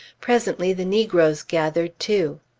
presently the negroes gathered too.